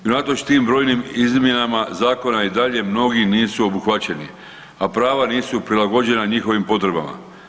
I unatoč tim brojnim izmjenama zakona i dalje mnogi nisu obuhvaćeni, a prava nisu prilagođena njihovim potrebama.